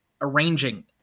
arranging